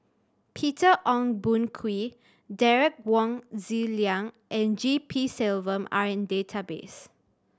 Peter Ong Boon Kwee Derek Wong Zi Liang and G P Selvam are in database